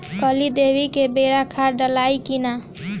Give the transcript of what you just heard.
कली देवे के बेरा खाद डालाई कि न?